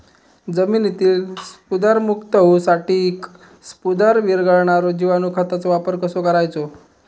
जमिनीतील स्फुदरमुक्त होऊसाठीक स्फुदर वीरघळनारो जिवाणू खताचो वापर कसो करायचो?